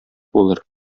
булыр